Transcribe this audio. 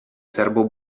serbo